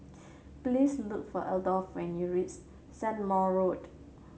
please look for Adolf when you reach Strathmore Road